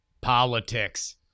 politics